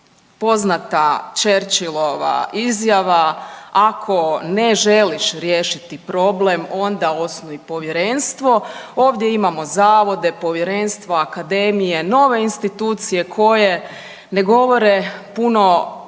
poznata Cherchillova ako ne želiš riješiti problem onda osnuj povjerenstvo. Ovdje imamo zavode, povjerenstva, akademije, nove institucije koje ne govore puno